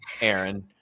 Aaron